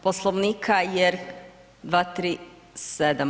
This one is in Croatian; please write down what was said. Poslovnika jer, 237.